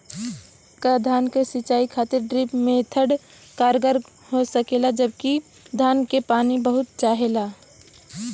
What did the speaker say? का धान क सिंचाई खातिर ड्रिप मेथड कारगर हो सकेला जबकि धान के पानी बहुत चाहेला?